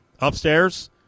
Upstairs